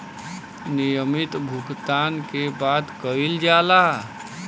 नियमित भुगतान के बात कइल जाला